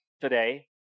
today